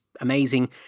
amazing